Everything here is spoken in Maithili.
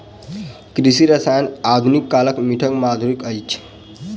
कृषि रसायन आधुनिक कालक मीठ माहुर अछि